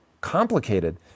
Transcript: complicated